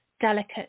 delicate